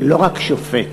לא רק שופט,